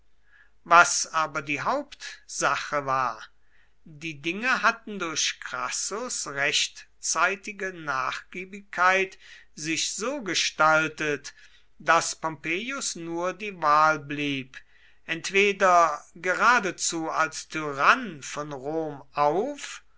was aber die hauptsache war die dinge hatten durch crassus rechtzeitige nachgiebigkeit sich so gestaltet daß pompeius nur die wahl blieb entweder geradezu als tyrann von rom auf